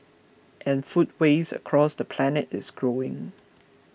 and food waste across the planet is growing